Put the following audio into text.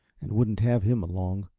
and wouldn't have him along.